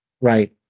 Right